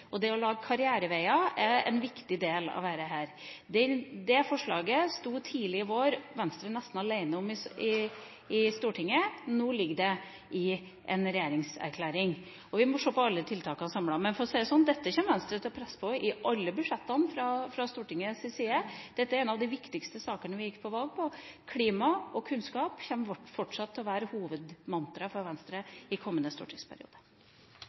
Det å lage karriereveier er en viktig del av dette. Det forslaget sto Venstre tidlig i vår nesten alene om i Stortinget, nå ligger det i en regjeringserklæring. Vi må se på alle tiltakene samlet. Men for å si det sånn, dette kommer Venstre til å presse på i alle budsjettene, fra Stortinget. Dette er en av de viktigste sakene vi gikk til valg på. Klima og kunnskap kommer fortsatt til å være hovedmantraet for Venstre i